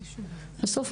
בסוף,